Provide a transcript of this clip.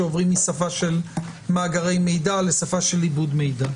שעוברים משפה של מאגרי מידע לשפה של עיבוד מידע.